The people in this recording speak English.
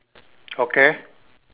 okay